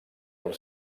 del